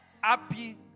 Happy